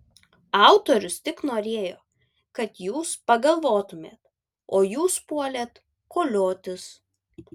autorius tik norėjo kad jūs pagalvotumėt o jūs puolėt koliotis